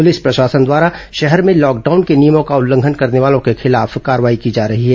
police प्रशासन द्वारा शहर में लॉकडाउन के नियमों का उल्लंघन करने वालों के खिलाफ कार्रवाई की जा रही है